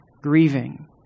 grieving